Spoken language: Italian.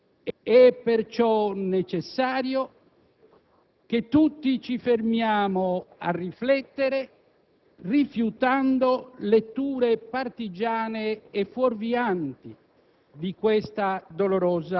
per tutti: per lo Stato, per le forze dell'ordine, per le istituzioni sportive e per il mondo dello spettacolo calcistico.